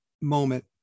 moment